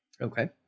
Okay